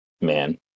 man